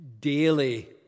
daily